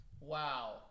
Wow